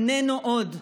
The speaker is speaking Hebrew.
איננו עוד.